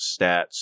stats